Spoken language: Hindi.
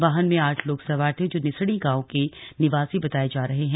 वाहन में आठ लोग सवार थे जो निसणी गांव के निवासी बताये जा रहे हैं